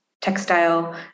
textile